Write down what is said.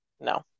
no